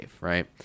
right